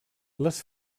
les